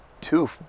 two